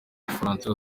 bufaransa